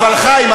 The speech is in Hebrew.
חיים,